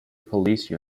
police